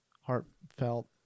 heartfelt